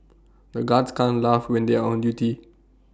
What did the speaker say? the guards can't laugh when they are on duty